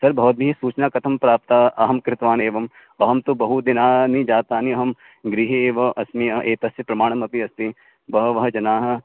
तद्भवद्भिः सूचनां कथं प्राप्ता अहं कृतवान् एवम् अहं तु बहु दिनानि जातानि अहं गृहे एव अस्मि एतस्य प्रमाणम् अपि अस्ति बहवः जनाः